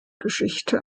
geschichte